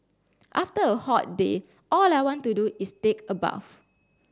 after a hot day all I want to do is take a bath